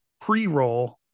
pre-roll